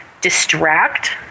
distract